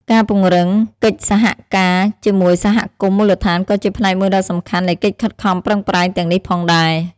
ការពង្រឹងកិច្ចសហការជាមួយសហគមន៍មូលដ្ឋានក៏ជាផ្នែកមួយដ៏សំខាន់នៃកិច្ចខិតខំប្រឹងប្រែងទាំងនេះផងដែរ។